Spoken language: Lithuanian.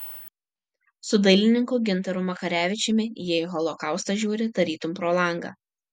su dailininku gintaru makarevičiumi jie į holokaustą žiūri tarytum pro langą